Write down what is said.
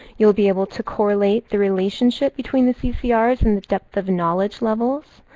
you'll be able to correlate the relationship between the ccrs and the depth of knowledge levels.